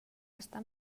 està